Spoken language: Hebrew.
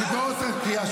ברוכה הבאה.